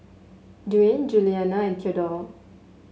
Duane Julianna and Theadore